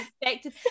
expected